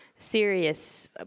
serious